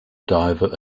diver